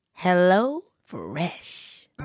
HelloFresh